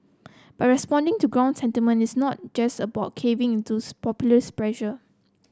but responding to ground sentiment is not just about caving into populist pressure